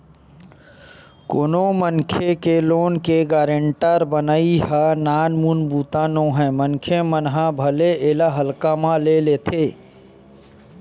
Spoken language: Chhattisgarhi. कोनो मनखे के लोन के गारेंटर बनई ह नानमुन बूता नोहय मनखे मन ह भले एला हल्का म ले लेथे